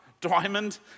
diamond